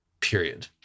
period